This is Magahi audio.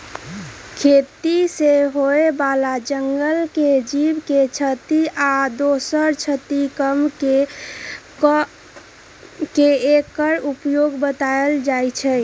खेती से होय बला जंगल के जीव के क्षति आ दोसर क्षति कम क के एकर उपाय् बतायल जाइ छै